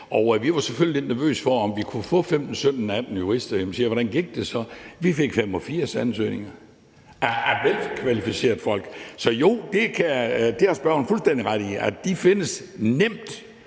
og de havde selvfølgelig været lidt nervøse for, om de kunne få 15-17-18 jurister. Jeg spurgte, hvordan det så gik. De fik 85 ansøgninger fra velkvalificerede folk. Så jo, det har spørgeren fuldstændig ret i – de findes nemt,